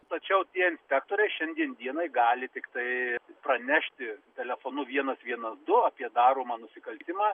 tačiau tie inspektoriai šiandien dienai gali tiktai pranešti telefonu vienas vienas du apie daromą nusikaltimą